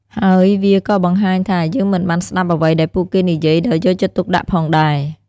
ហើយវាក៏៏បង្ហាញថា យើងមិនបានស្តាប់អ្វីដែលពួកគេនិយាយដោយយកចិត្តទុកដាក់ផងដែរ។